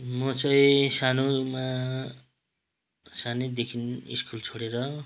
म चाहिँ सानोमा सानैदेखि स्कुल छोडेर